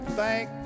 thank